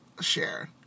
share